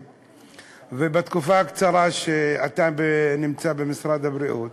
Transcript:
ובתקופה הקצרה שאתה נמצא במשרד הבריאות,